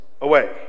Away